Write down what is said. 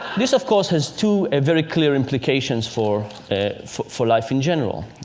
this of course has two very clear implications for for life in general.